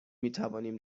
میتوانیم